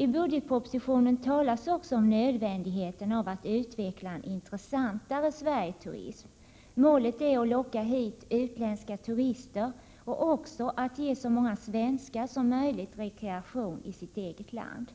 I budgetpropositionen talas också om nödvändigheten av att utveckla en intressantare Sverigeturism. Målet är att locka hit utländska turister och också att ge så många svenskar som möjligt rekreation i sitt eget land.